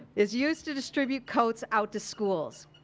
is used to distribute coats out to schools.